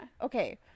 Okay